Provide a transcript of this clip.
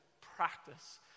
practice